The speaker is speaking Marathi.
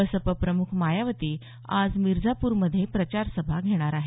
बसप प्रमुख मायावाती आज मिरझाप्रमधेच प्रचारसभा घेणार आहेत